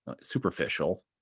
superficial